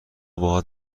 باهات